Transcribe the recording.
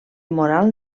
moral